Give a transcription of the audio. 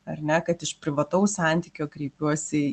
ar ne kad iš privataus santykio kreipiuosi